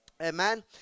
Amen